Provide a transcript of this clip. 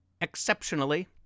exceptionally